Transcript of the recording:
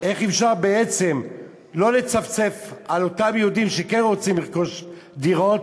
איך אפשר בעצם לא לצפצף על אותם יהודים שכן רוצים לרכוש דירות